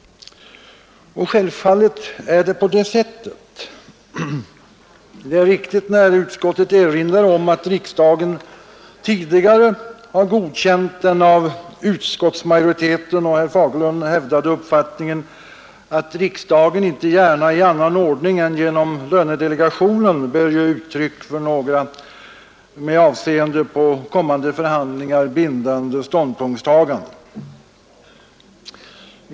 Självfallet är det de parterna som har det avgörande ordet. Det är också riktigt som utskottet erinrar, att riksdagen tidigare har godkänt den av utskottsmajoriteten och herr Fagerlund hävdade uppfattningen att riksdagen inte gärna i annan ordning än genom lönedelegationen bör ge uttryck för några med avseende på kommande förhandlingar bindande ståndpunktstaganden.